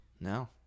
No